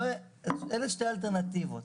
אלה שתי האלטרנטיבות.